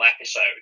episode